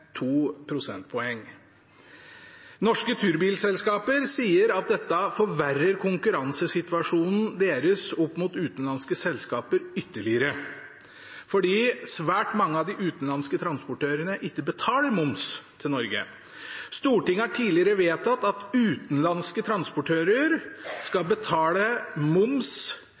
to prosentpoeng. Norske turbilselskaper sier at dette forverrer konkurransesituasjonen deres overfor utenlandske selskaper ytterligere, fordi svært mange av de utenlandske transportørene ikke betaler moms til Norge. Stortinget har tidligere vedtatt at utenlandske transportører skal betale moms